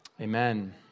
amen